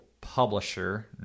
publisher